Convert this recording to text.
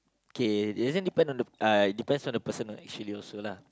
okay this one depends on the uh depends on the person actually also lah